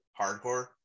hardcore